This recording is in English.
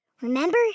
Remember